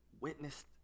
witnessed